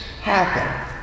happen